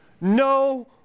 no